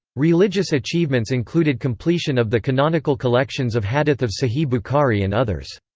religious achievements included completion of the canonical collections of hadith of sahih bukhari and others.